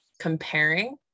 comparing